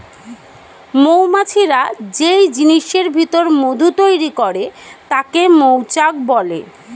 মৌমাছিরা যেই জিনিসের ভিতর মধু তৈরি করে তাকে মৌচাক বলে